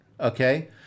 Okay